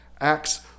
acts